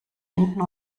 hinten